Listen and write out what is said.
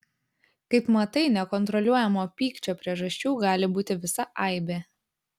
kaip matai nekontroliuojamo pykčio priežasčių gali būti visa aibė